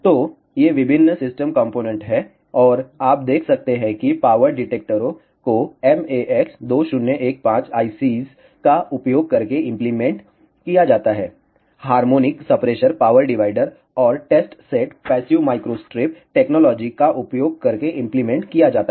तो ये विभिन्न सिस्टम कॉम्पोनेंट हैं और आप देख सकते हैं कि पावर डिटेक्टरों को MAX2015 ICS का उपयोग करके इंप्लीमेंट किया जाता है हार्मोनिक सप्रेशर पावर डिवाइडर और test set passive microstrip technology का उपयोग करके इंप्लीमेंट किया जाता है